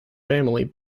family